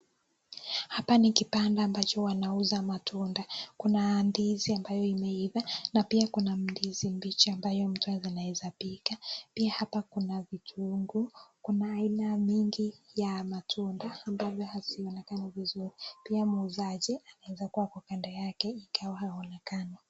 Hapa ni kibanda ambacho wanauza matunda kuna ndizi ambayo imeiiva na pia kuna ndizi mbichi ambayo unaweza pika, pia hapa kuna vitunguu kuna aina mingi ya matunda ambayo hazionekani vizuri pia muuzaji anaweza kuwa ako kando yake ingawa hajaonekana.